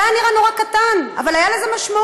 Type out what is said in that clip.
זה היה נראה נורא קטן, אבל הייתה לזה משמעות.